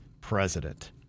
president